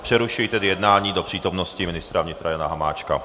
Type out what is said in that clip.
Přerušuji tedy jednání do přítomnosti ministra vnitra Jana Hamáčka.